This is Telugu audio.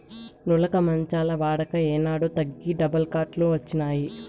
నులక మంచాల వాడక ఏనాడో తగ్గి డబుల్ కాట్ లు వచ్చినాయి